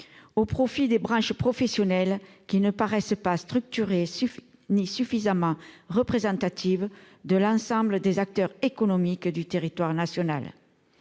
au profit des branches professionnelles, qui ne paraissent ni assez structurées ni suffisamment représentatives de l'ensemble des acteurs économiques du territoire national.